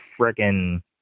freaking